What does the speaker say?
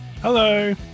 Hello